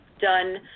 done